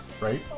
right